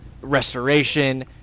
restoration